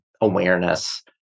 awareness